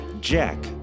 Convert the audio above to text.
Jack